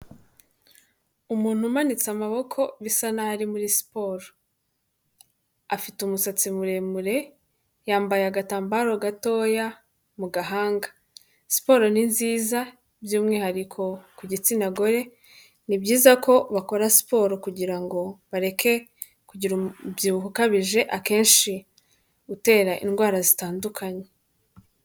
Umuntu umanitse amaboko, bisa naho ari muri siporo. Afite umusatsi muremure, yambaye agatambaro gatoya mu gahanga. Siporo ni nziza, by'umwihariko ku gitsina gore, ni byiza ko bakora siporo kugira ngo bareke kugira umubyibuho ukabije, akenshi utera indwara zitandukanye.